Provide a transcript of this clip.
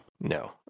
no